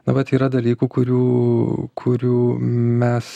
nu vat yra dalykų kurių kurių mes